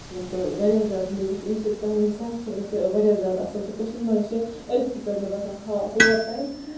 یِم تہٕ واریاہ زیاد میٖٹھ یہِ چھِ تُہنٛدِ صحت خٲطرٕ اصل تہٕ کٔشیٖر مَنٛز چھِ أزکہِ پیٚٹھ مےٚ باسان ہور تام